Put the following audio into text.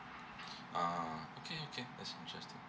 ah okay okay that's interesting